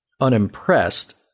Unimpressed